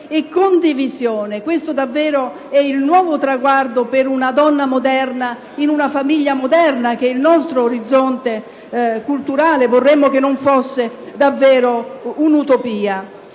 e condivisione: questo davvero è il nuovo traguardo per una donna moderna in una famiglia moderna. È il nostro orizzonte culturale e vorremmo che non fosse un'utopia.